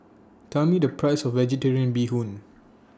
Tell Me The Price of Vegetarian Bee Hoon